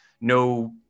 no